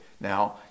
Now